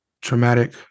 traumatic